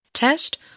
Test